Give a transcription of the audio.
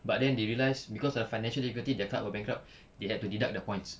but then they realised cause of financial difficulty their club will bankrupt they had to deduct the points